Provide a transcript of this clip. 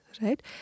right